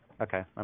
Okay